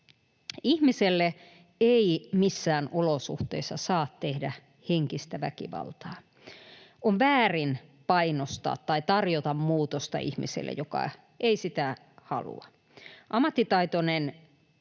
Ihmiselle ei missään olosuhteissa saa tehdä henkistä väkivaltaa. On väärin painostaa tai tarjota muutosta ihmiselle, joka ei sitä halua. Ammattitaitoinen